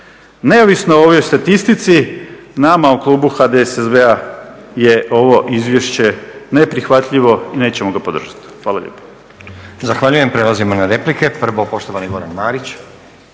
Neovisno o ovoj statistici nama u klubu HDSSB-a je ovo izvješće neprihvatljivo i nećemo ga podržati. Hvala lijepo.